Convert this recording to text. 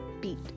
beat